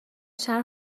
شهر